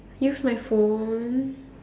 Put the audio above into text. use my phone